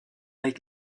avec